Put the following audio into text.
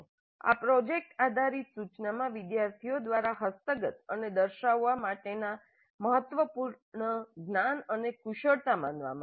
આ પ્રોજેક્ટ આધારિત સૂચનામાં વિદ્યાર્થીઓ દ્વારા હસ્તગત અને દર્શાવવા માટેના મહત્વપૂર્ણ જ્ઞાન અને કુશળતા માનવામાં આવે છે